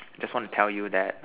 just want to tell you that